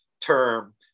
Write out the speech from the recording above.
term